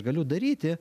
galiu daryti